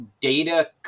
data